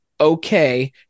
okay